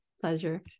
pleasure